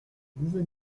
d’où